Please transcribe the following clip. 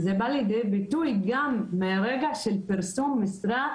זה בא לידי ביטוי גם בכך שמרגע פרסום משרה,